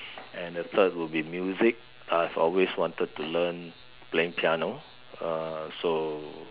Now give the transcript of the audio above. and the third will be music I've always wanted to learn playing piano uh so